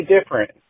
different